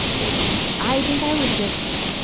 or do? i think i would just,